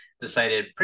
decided